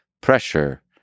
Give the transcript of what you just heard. pressure